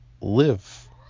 live